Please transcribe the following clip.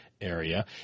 area